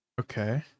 Okay